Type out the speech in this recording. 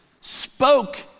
spoke